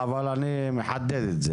הבעיה היא שאנחנו מכניסים פה את